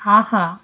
ஆஹா